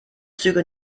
züge